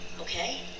Okay